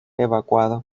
evacuado